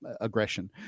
aggression